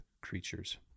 creatures